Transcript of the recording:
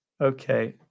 Okay